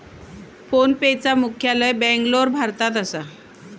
फोनपेचा मुख्यालय बॅन्गलोर, भारतात असा